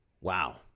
wow